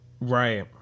Right